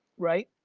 right,